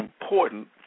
important